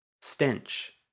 Stench